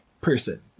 person